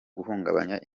guhungabanya